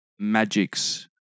Magic's